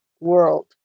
world